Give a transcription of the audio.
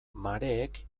mareek